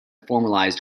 formalized